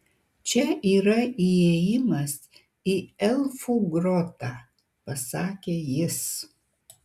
čia yra įėjimas į elfų grotą pasakė jis